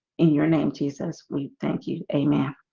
in your name jesus. we thank you. amen.